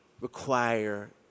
require